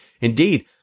Indeed